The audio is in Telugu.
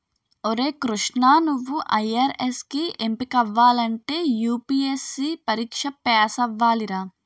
ఒరే కృష్ణా నువ్వు ఐ.ఆర్.ఎస్ కి ఎంపికవ్వాలంటే యూ.పి.ఎస్.సి పరీక్ష పేసవ్వాలిరా